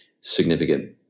significant